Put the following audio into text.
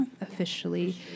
officially